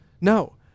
No